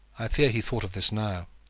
i fear he thought of this now.